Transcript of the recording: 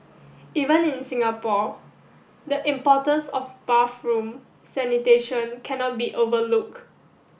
even in Singapore the importance of bathroom sanitation cannot be overlook